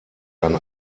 ein